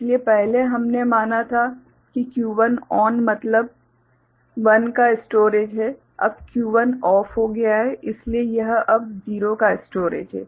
इसलिए पहले हमने माना था कि Q1 ON मतलब 1 का स्टोरेज है अब Q1 OFF हो गया है इसलिए यह अब 0 का स्टोरेज है